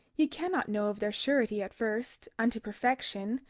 ye cannot know of their surety at first, unto perfection,